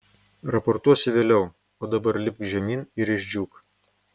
raportuosi vėliau o dabar lipk žemyn ir išdžiūk